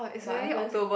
but haven't